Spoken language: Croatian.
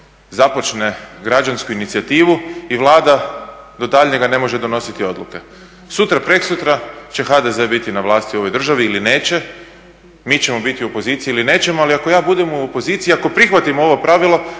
započne građansku inicijativu i Vlada do daljnjega ne može donositi odluke. Sutra, prekosutra će HDZ biti na vlasti u ovoj državi, ili neće, mi ćemo biti u opoziciji ili nećemo, ali ako ja budem u opoziciji i ako prihvatimo ovo pravilo